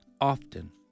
often